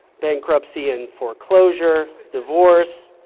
bankruptcy and foreclosure, divorce,